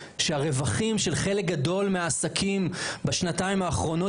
שהרווחים של חלק גדול מהעסקים בשנתיים האחרונות,